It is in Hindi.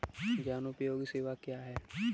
जनोपयोगी सेवाएँ क्या हैं?